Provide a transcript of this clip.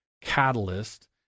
catalyst